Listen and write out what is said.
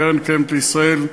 קרן קיימת לישראל,